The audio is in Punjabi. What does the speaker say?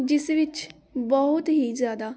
ਜਿਸ ਵਿੱਚ ਬਹੁਤ ਹੀ ਜ਼ਿਆਦਾ